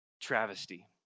travesty